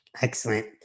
Excellent